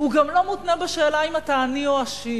הוא גם לא מותנה בשאלה אם אתה עני או עשיר.